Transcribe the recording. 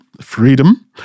freedom